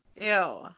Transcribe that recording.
Ew